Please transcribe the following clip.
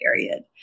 period